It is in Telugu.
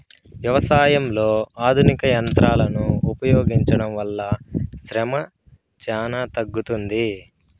వ్యవసాయంలో ఆధునిక యంత్రాలను ఉపయోగించడం వల్ల శ్రమ చానా తగ్గుతుంది